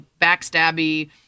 backstabby